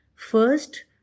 first